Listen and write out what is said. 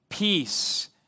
Peace